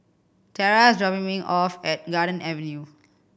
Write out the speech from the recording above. Terra is dropping me off at Garden Avenue